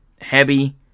heavy